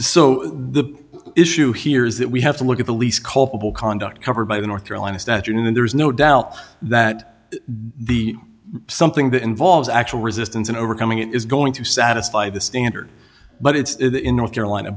so the issue here is that we have to look at the least culpable conduct covered by the north carolina statute in there's no doubt that the something that involves actual resistance and overcoming it is going to satisfy the standard but it's in north carolina